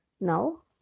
Now